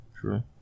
True